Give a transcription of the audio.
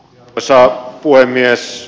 arvoisa puhemies